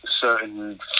certain